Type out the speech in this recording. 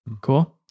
Cool